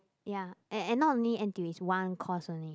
ya and and not only n_t_u is one course only